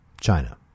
China